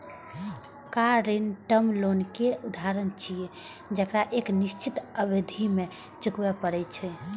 car ऋण term loan के उदाहरण छियै, जेकरा एक निश्चित अवधि मे चुकबै पड़ै छै